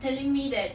telling me that